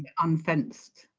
unfenced.